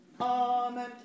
amen